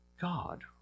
God